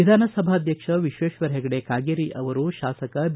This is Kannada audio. ವಿಧಾನಸಭಾಧ್ವಕ್ಷ ವಿಶ್ವೇಶ್ವರ ಹೆಗಡೆ ಕಾಗೇರಿ ಅವರು ಶಾಸಕ ಬಿ